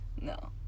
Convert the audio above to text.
No